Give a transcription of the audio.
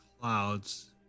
clouds